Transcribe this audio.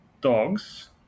Dogs